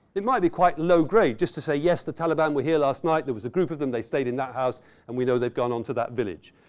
it might be quite low grade, just to say, yes. the taliban were here last night. there was a group of them. they stayed in that house and we know they've gone on to that village.